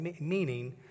meaning